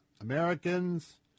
Americans